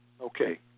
Okay